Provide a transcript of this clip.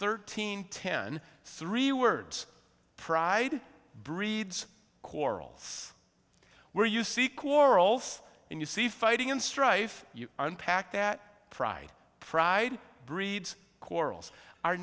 thirteen ten three words pride breeds quarrels where you see quarrels and you see fighting in strife you unpack that pride pride breeds quarrels our